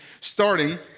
starting